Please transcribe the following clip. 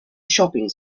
shopping